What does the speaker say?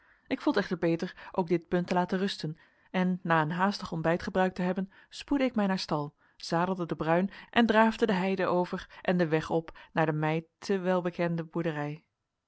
ik vond echter beter ook dit punt te laten rusten en na een haastig ontbijt gebruikt te hebben spoedde ik mij naar stal zadelde den bruin en draafde de heide over en den weg op naar de mij te welbekende boerderij